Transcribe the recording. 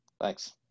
Thanks